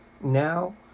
now